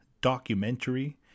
documentary